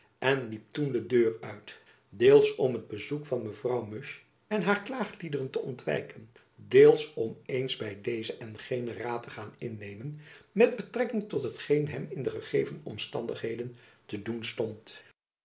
en liep toen de deur uit deels om het bezoek van mevrouw musch en haar klaagliederen te ontwijken deels om eens by dezen en genen raad te gaan innemen met betrekking tot hetgeen hem in de gegeven omstandigheden te doen stond